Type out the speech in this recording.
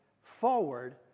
forward